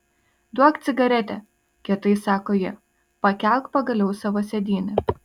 duok cigaretę kietai sako ji pakelk pagaliau savo sėdynę